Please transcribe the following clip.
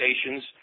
stations